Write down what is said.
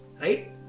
right